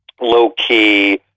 low-key